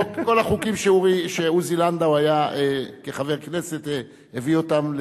כל החוקים שעוזי לנדאו כחבר כנסת הביא אותם,